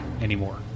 anymore